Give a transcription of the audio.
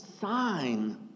sign